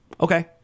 okay